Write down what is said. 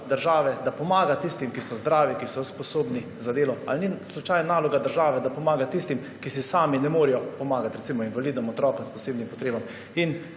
države, da pomaga tistim, ki so zdravi, ki so sposobni za delo, ali ni slučajno naloga države, da pomaga tistim, ki si sami ne morejo pomagati, recimo invalidom, otrokom s posebnimi potrebami in